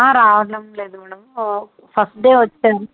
రావడం లేదు madam first day వచ్చాడు